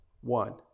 one